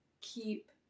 keep